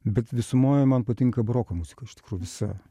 bet visumoje man patinka baroko muzika iš tikrųjų visa